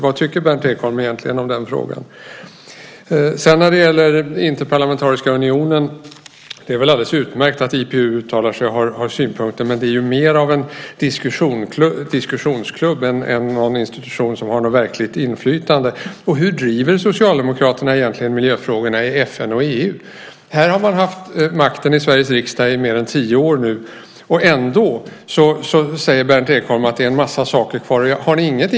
Vad tycker Berndt Ekholm egentligen i den frågan? Det är väl alldeles utmärkt att Interparlamentariska unionen har synpunkter, men det är mer en diskussionsklubb än en institution som har ett verkligt inflytande. Hur driver Socialdemokraterna egentligen miljöfrågorna i FN och i EU? Man har haft makten i Sveriges riksdag i mer än tio år. Ändå säger Berndt Ekholm att det är en massa saker kvar att göra.